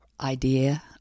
idea